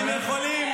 תתביישו לכם.